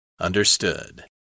Understood